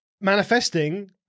manifesting